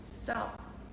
stop